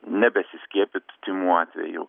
nebesiskiepyt tymų atveju